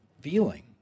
feeling